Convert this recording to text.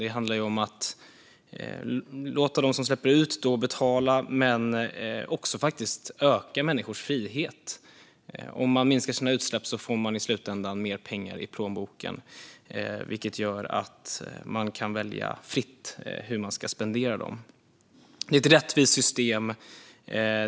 Det handlar om att låta dem som släpper ut betala men också om att faktiskt öka människors frihet. Om man minskar sina utsläpp får man i slutändan mer pengar i plånboken, vilket gör att man kan välja fritt hur man ska spendera dem. Det är ett rättvist system.